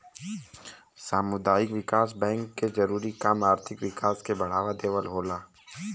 सामुदायिक विकास बैंक के जरूरी काम आर्थिक विकास के बढ़ावा देवल होला